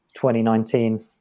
2019